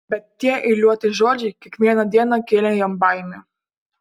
bet tie eiliuoti žodžiai kiekvieną dieną kėlė jam baimę